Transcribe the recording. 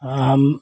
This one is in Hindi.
हाँ हम